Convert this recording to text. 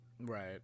Right